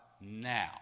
now